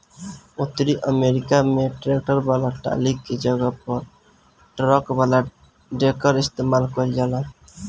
उतरी अमेरिका में ट्रैक्टर वाला टाली के जगह पर ट्रक वाला डेकर इस्तेमाल कईल जाला